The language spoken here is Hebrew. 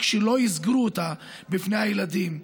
רק שלא יסגרו אותה בפני הילדים.